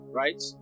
right